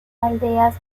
aldeas